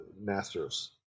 master's